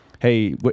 hey